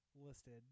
listed